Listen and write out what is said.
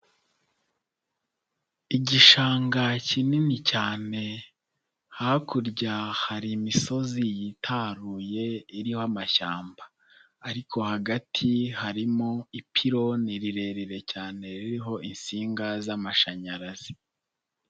Igishanga kinini cyane, hakurya hari imisozi yitaruye iriho amashyamba ariko hagati harimo ipironi rirerire cyane ririho insinga z'amashanyarazi.